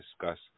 discuss